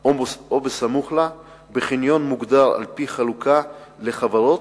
או סמוך לה בחניון מוגדר על-פי חלוקה לחברות,